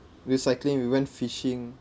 we cycling we went fishing